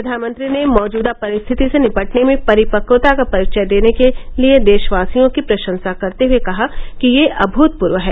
प्रधानमंत्री ने मौजूदा परिस्थिति से निपटने में परिपक्वता का परिचय देने के लिए देशवासियों की प्रशंसा करते हए कहा कि यह अभृतपूर्व है